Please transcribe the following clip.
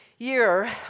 Year